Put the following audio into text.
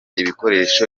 ibikoresho